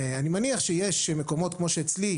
אני מניח שיש מקומות כמו שאצלי,